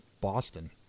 Boston